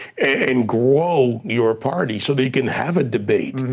and grow your party so that you can have a debate. and and